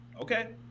Okay